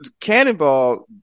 Cannonball